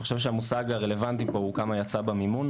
אני חושב שהמושג הרלוונטי פה הוא כמה יצא במימון?